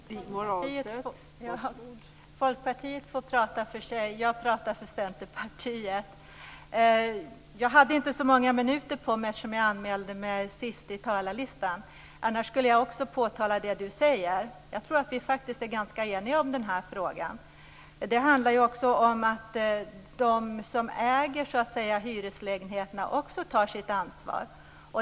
Fru talman! Folkpartiet får tala för sig. Jag talar för Centerpartiet! Jag hade inte så många minuter på mig eftersom jag anmälde mig sist till talarlistan. Annars skulle jag också ha påtalat det som Sten Lundström säger. Jag tror att vi är ganska eniga om den här frågan. Det handlar om att de som äger hyreslägenheterna också tar sitt ansvar.